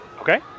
Okay